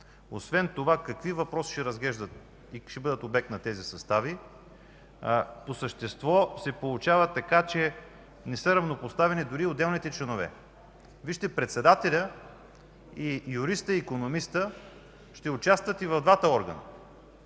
Освен това какви въпроси ще разглеждат и ще бъдат обект на тези състави? По същество се получава така, че не са равнопоставени дори отделните членове. Вижте – председателят, юристът и икономистът, ще участват и в двата органа.